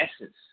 essence